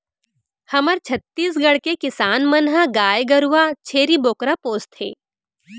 हमर छत्तीसगढ़ के किसान मन ह गाय गरूवा, छेरी बोकरा पोसथें